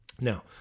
Now